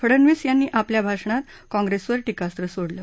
फडनवीस यांनी आपल्या भाषणात काँग्रेसवर टीकास्त्र सोडलं